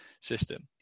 system